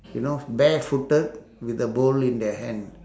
you know barefooted with a bowl in their hand